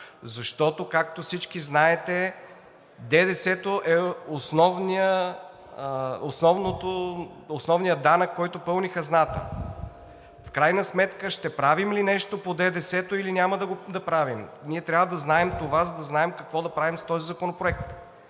защото, както всички знаете, ДДС-то е основният данък, който пълни хазната. В крайна сметка ще правим ли нещо по ДДС-то, или няма да правим? Ние трябва да знаем това, за да знаем какво да правим с този законопроект